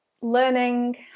learning